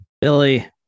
Billy